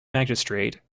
magistrate